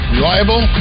Reliable